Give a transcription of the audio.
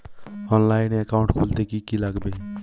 অনলাইনে একাউন্ট খুলতে কি কি লাগবে?